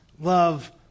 love